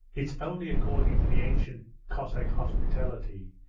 it's only according to the ancient cossack hospitality.